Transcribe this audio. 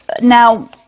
Now